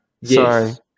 Yes